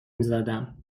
میزدم